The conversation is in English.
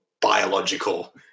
biological